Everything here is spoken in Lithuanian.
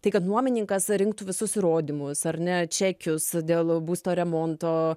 tai kad nuomininkas rinktų visus įrodymus ar ne čekius dėl būsto remonto